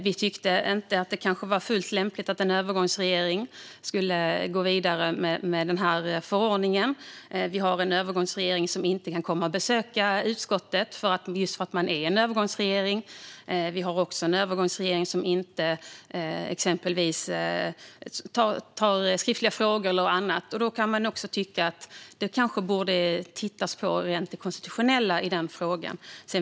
Vi tyckte inte att det var fullt lämpligt att en övergångsregering skulle gå vidare med förordningen. Vi hade en övergångsregering som inte kunde komma och besöka utskottet därför att man var en övergångsregering. Vi hade också en övergångsregering som exempelvis inte tog skriftliga frågor eller annat, och då kan man tycka att det borde tittas på det rent konstitutionella i frågan.